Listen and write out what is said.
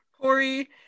Corey